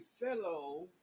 fellow